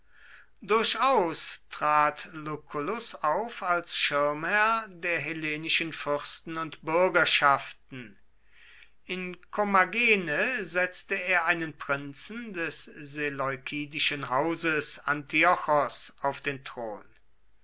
durchaus trat lucullus auf als schirmherr der hellenischen fürsten und bürgerschaften in kommagene setzte er einen prinzen des seleukidischen hauses antiochos auf den thron